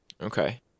Okay